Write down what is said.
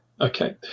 Okay